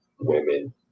women